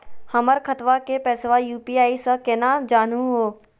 हमर खतवा के पैसवा यू.पी.आई स केना जानहु हो?